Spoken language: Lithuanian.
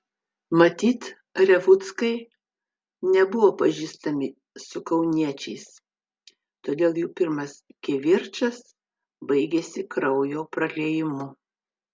matyt revuckai nebuvo pažįstami su kauniečiais todėl jų pirmas kivirčas baigėsi kraujo praliejimu